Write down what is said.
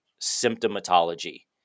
symptomatology